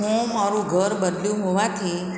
હું મારું ઘર બદલ્યું હોવાથી